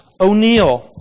O'Neill